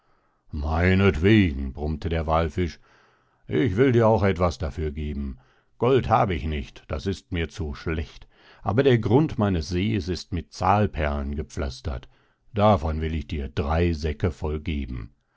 meintwegen brummte der wallfisch ich will dir auch etwas dafür geben gold hab ich nicht das ist mir zu schlecht aber der grund meines sees ist mit zahlperlen gepflastert davon will ich dir drei säcke voll geben